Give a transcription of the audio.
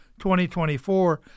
2024